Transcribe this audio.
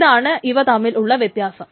ഇതാണ് ഇവ തമ്മിലുള്ള വ്യത്യാസം